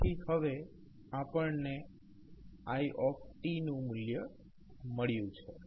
તેથી હવે આપણને i નું મૂલ્ય મળ્યું છે